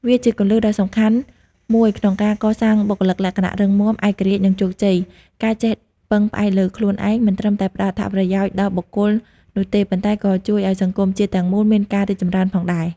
វាជាគន្លឹះដ៏សំខាន់មួយក្នុងការកសាងបុគ្គលិកលក្ខណៈរឹងមាំ ឯករាជ្យ និងជោគជ័យ។ ការចេះពឹងផ្អែកលើខ្លួនឯង មិនត្រឹមតែផ្ដល់អត្ថប្រយោជន៍ដល់បុគ្គលនោះទេ ប៉ុន្តែក៏ជួយឲ្យសង្គមជាតិទាំងមូលមានការរីកចម្រើនផងដែរ។